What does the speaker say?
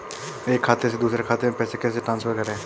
एक खाते से दूसरे खाते में पैसे कैसे ट्रांसफर करें?